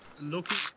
looking –